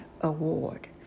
award